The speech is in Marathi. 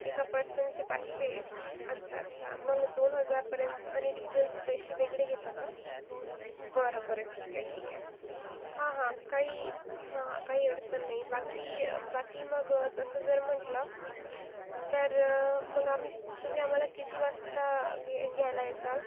एका पर्सनचे पाचशे अच्छा अच्छा मग दोन हजारपर्यंत आणि डिजेलचे पैसे वेगळे घेता का बरं बरं ठीक आहे ठीक आहे हा हा काही हा हा काही अडचण नाही बाकी बाकी मग तसं जर म्हटलं तर मग आम्ही तुम्ही आम्हाला किती वाजता घ्यायला येसाल